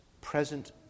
present